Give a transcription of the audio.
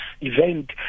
event